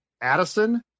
Addison